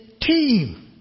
team